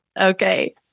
Okay